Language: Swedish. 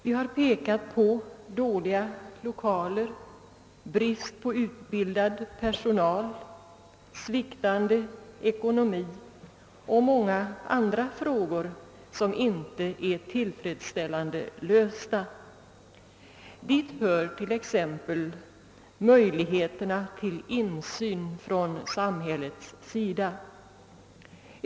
Vi har pekat på dåliga l1okaler, brist på utbildad personal, sviktande ekonomi och många andra frågor som inte är tillfredsställande lösta. Dit hör t.ex. möjligheterna till insyn från samhällets sida.